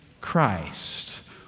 Christ